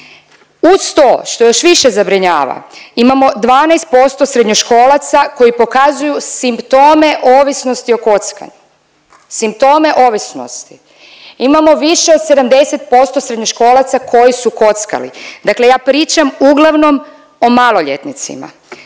Uz to što još više zabrinjava imamo 12% srednjoškolaca koji pokazuju simptome ovisnosti o kocki, simptome ovisnosti. Imamo više od 70% srednjoškolaca koji su kockali. Dakle, ja pričam uglavnom o maloljetnicima.